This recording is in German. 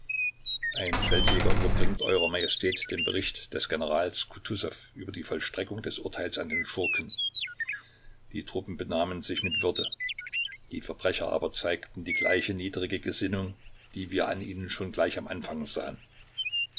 ein feldjäger überbringt eurer majestät den bericht des generals kutusow über die vollstreckung des urteils an den schurken die truppen benahmen sich mit würde die verbrecher aber zeigten die gleiche niedrige gesinnung die wir an ihnen schon gleich am anfang sahen